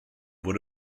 bod